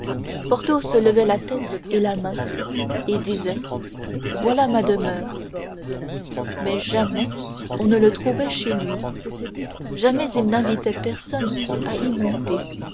porthos levait la tête et la main et disait voilà ma demeure mais jamais on ne le trouvait chez lui jamais il n'invitait personne à y monter